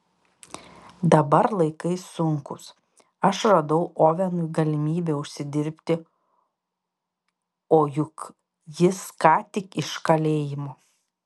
dabar laikai sunkūs aš radau ovenui galimybę užsidirbti o juk jis ką tik iš kalėjimo